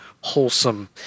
wholesome